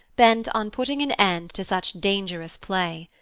bent on putting an end to such dangerous play.